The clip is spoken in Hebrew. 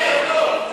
תשאלי אותו.